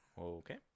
Okay